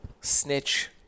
Snitch